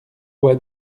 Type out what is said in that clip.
quoi